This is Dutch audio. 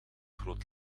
groot